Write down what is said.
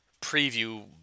preview